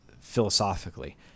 philosophically